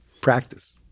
practice